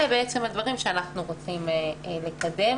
אלה בעצם הדברים שאנחנו רוצים לקדם.